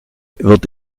wird